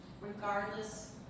regardless